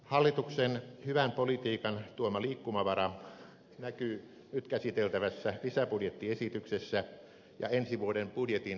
hallituksen hyvän politiikan tuoma liikkumavara näkyy nyt käsiteltävässä lisäbudjettiesityksessä ja ensi vuoden budjetin täydentävässä esityksessä